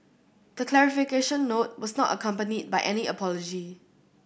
the clarification note was not accompanied by any apology